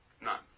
None